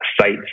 sites